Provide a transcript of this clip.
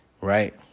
right